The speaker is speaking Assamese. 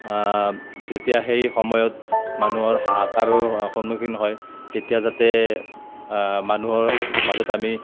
যেতিয়া সেই সময়ত মানুহৰ হাহাকাৰৰ সন্মুখীন হয় তেতিয়া যাতে মানুহৰ মাজত আমি